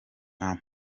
nta